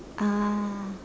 ah